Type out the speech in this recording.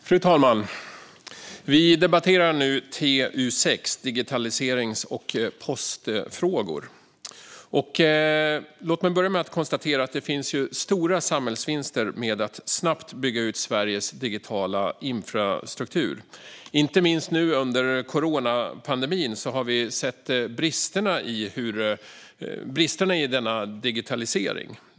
Fru talman! Vi debatterar nu TU6 Digitaliserings och postfrågor. Låt mig börja med att konstatera att det finns stora samhällsvinster med att snabbt bygga ut Sveriges digitala infrastruktur. Inte minst nu under coronapandemin har vi sett bristerna i denna.